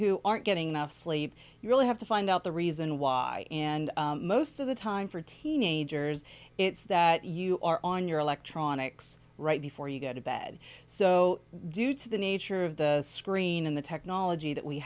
who aren't getting enough sleep you really have to find out the reason why and most of the time for teenagers it's that you are on your electronics right before you go to bed so due to the nature of the screen and the technology that we